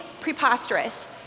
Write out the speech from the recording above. preposterous